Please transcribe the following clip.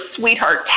sweetheart